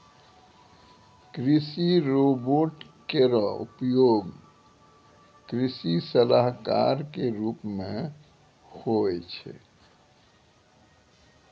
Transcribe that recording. कृषि रोबोट केरो उपयोग कृषि सलाहकार क रूप मे होय छै